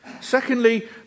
Secondly